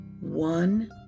One